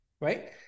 right